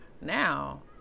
now